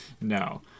No